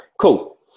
Cool